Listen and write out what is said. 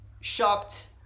shocked